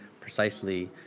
precisely